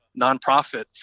nonprofit